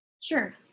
Sure